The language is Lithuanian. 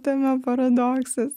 tame paradoksas